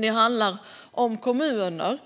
Det handlar om kommuner